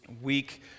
week